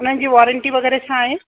उन्हनि जी वॉरेंटी वग़ैरह छा आहे